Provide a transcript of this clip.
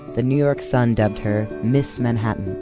the new york sun dubbed her miss manhattan.